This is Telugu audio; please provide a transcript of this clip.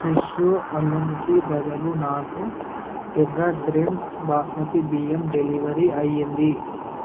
ఫ్రెషో అల్లంకి బదులు నాకు టెర్రా గ్రీన్స్ బాస్మతి బియ్యం డెలివరీ అయ్యింది